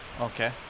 Okay